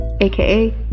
aka